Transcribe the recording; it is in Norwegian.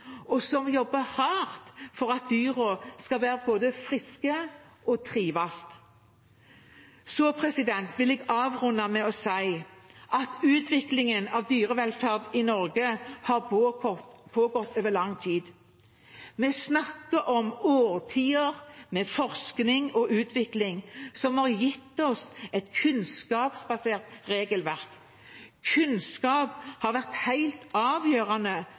og jobber hardt for at dyrene skal være friske og trives. Jeg vil avrunde med å si at utviklingen av dyrevelferd i Norge har pågått i lang tid. Vi snakker om årtier med forskning og utvikling som har gitt oss et kunnskapsbasert regelverk. Kunnskap har vært helt avgjørende,